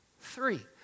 three